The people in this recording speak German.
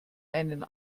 einen